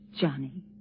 Johnny